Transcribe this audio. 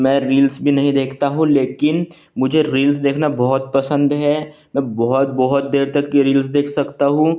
मैं रिल्स भी नहीं देखता हुँ लेकिन मुझे रिल्स देखना बहुत पसंद है मैं बहुत बहुत देर तक के रिल्स देख सकता हूँ